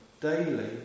daily